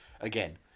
again